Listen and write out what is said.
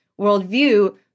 worldview